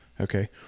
Okay